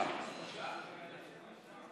אנחנו עוברים